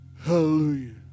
Hallelujah